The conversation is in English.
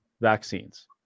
vaccines